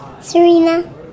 Serena